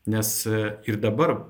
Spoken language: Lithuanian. nes es ir dabar